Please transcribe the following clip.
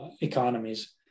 economies